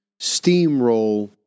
steamroll